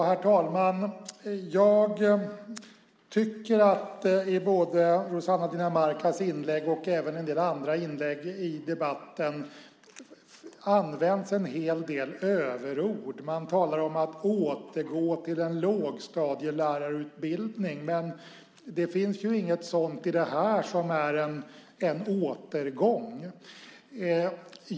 Herr talman! Jag tycker att både Rossana Dinamarca och en del andra använder överord i debatten. Man talar om att återgå till en lågstadielärarutbildning. Men det finns inget i detta som är en återgång.